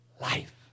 life